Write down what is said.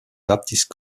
baptist